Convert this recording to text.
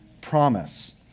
promise